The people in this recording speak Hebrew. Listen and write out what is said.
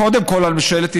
קודם כול על ממשלת ישראל,